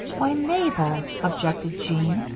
why, mabel, objected jean,